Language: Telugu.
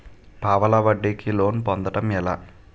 పావలా వడ్డీ కి లోన్ పొందటం ఎలా?